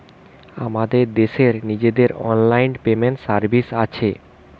আমাদের দেশের নিজেদের অনলাইন পেমেন্ট সার্ভিস আছে